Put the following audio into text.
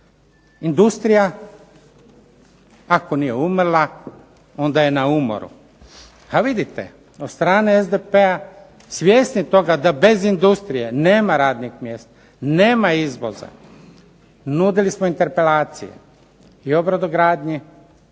Industrija ako nije umrla onda je na umoru. A vidite, od strane SDP-a svjesni toga da bez industrije nema radnih mjesta, nema izvoza. Nudili smo interpelacije i o brodogradnji